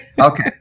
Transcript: okay